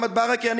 מוחמד ברכה.